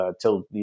till